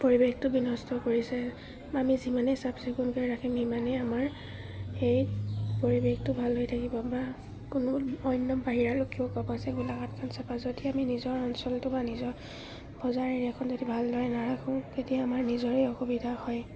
পৰিৱেশটো বিনষ্ট কৰিছে আমি যিমানেই চাফ চিকুণকৈ ৰাখিম সিমানেই আমাৰ সেই পৰিৱেশটো ভাল হৈ থাকিব বা কোনো অন্য বাহিৰা গোলাঘাটখন চাফা যদি আমি নিজৰ অঞ্চলটো বা নিজৰ বজাৰ এৰিয়াখন যদি ভালদৰে নাৰাখোঁ তেতিয়া আমাৰ নিজৰেই অসুবিধা হয়